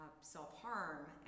self-harm